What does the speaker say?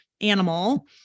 animal